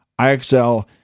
IXL